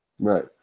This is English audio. Right